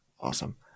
Awesome